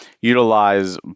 utilize